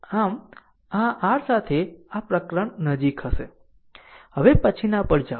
આમ આ r સાથે આ પ્રકરણ નજીક હશે હવે પછીના પર જાઓ